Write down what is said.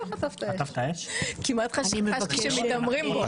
כמעט חשתי שמתעמרים בו.